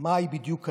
מהי בדיוק הנפש?